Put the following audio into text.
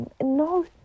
No